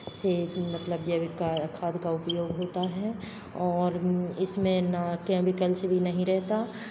से भी मतलब जैविक का खाद का उपयोग होता है और इसमें ना कैमिकल्स भी नहीं रहता